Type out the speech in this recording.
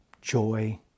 joy